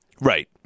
Right